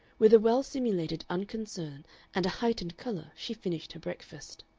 with a well-simulated unconcern and a heightened color she finished her breakfast.